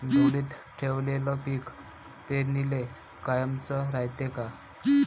ढोलीत ठेवलेलं पीक पेरनीले कामाचं रायते का?